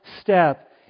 step